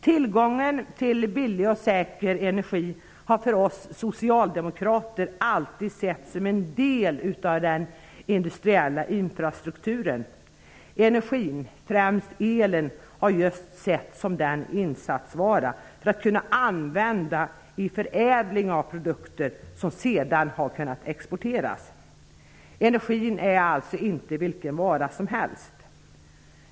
Tillgången på billig och säker energi har för oss socialdemokrater alltid setts som en del av den industriella infrastrukturen. Energin, främst elen, har just setts som en insatsvara att använda i förädling av produkter som sedan kan exporteras. Energin är alltså inte en vara vilken som helst.